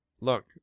Look